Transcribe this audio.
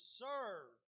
serve